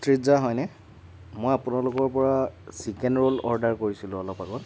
ষ্ট্ৰীট্জা হয়নে মই আপোনালোকৰ পৰা চিকেন ৰোল অৰ্ডাৰ কৰিছিলোঁ অলপ আগত